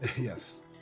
yes